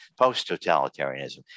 post-totalitarianism